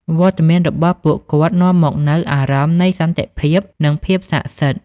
វត្តមានរបស់ពួកគាត់នាំមកនូវអារម្មណ៍នៃសន្តិភាព និងភាពស័ក្តិសិទ្ធិ។